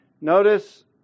Notice